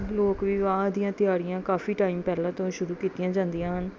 ਲੋਕ ਵਿਵਾਹ ਦੀਆਂ ਤਿਆਰੀਆਂ ਕਾਫੀ ਟਾਈਮ ਪਹਿਲਾਂ ਤੋਂ ਸ਼ੁਰੂ ਕੀਤੀਆਂ ਜਾਂਦੀਆਂ ਹਨ